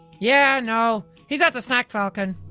yeah no. he's at the snack falcon.